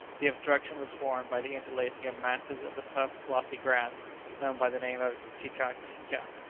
the obstruction was formed by the interlacing of masses of the tough, glossy grass known by the name of tikatika,